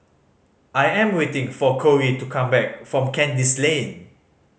I am waiting for Korey to come back from Kandis Lane